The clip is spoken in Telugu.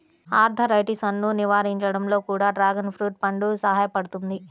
ఆర్థరైటిసన్ను నివారించడంలో కూడా డ్రాగన్ ఫ్రూట్ పండు సహాయపడుతుంది